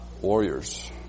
warriors